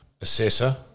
assessor